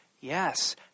Yes